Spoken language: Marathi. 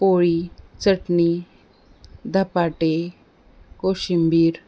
पोळी चटणी धपाटे कोशिंबीर